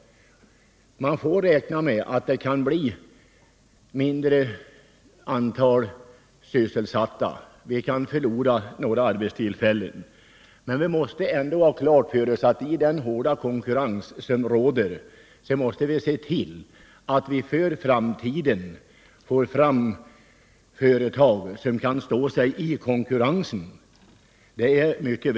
Vi får dock räkna med att antalet sysselsatta kommer att minska. En del arbetstillfällen kommer alltså att förloras, men det är då desto väsentligare att vi får fram företag som kan ge sysselsättning åt de flesta och stå sig i den hårda konkurrensen i framtiden.